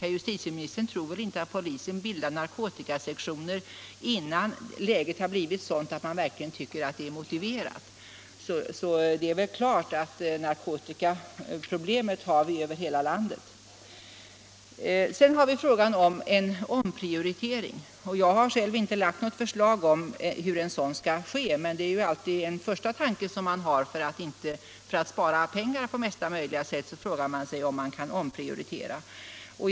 Herr justitieministern tror väl inte att polisen bildar narkotikasektioner, innan läget blir sådant att man verkligen tycker att det är motiverat. Det är klart att vi har narkotikaproblem över hela landet. Sedan har vi frågan om en omprioritering. Jag har själv inte lagt fram något förslag till hur en sådan skall ske. Men den första tanke man har — för att spara pengar i mesta möjliga mån — är att en omprioritering kan göras.